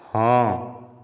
ହଁ